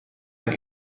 aan